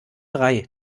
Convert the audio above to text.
drei